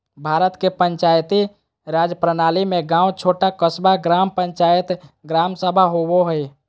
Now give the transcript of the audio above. भारत के पंचायती राज प्रणाली में गाँव छोटा क़स्बा, ग्राम पंचायत, ग्राम सभा होवो हइ